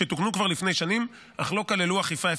שתוקנו כבר לפני שנים אך לא כללו אכיפה אפקטיבית.